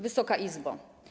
Wysoka Izbo!